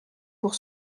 pour